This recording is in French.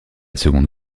seconde